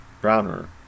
Browner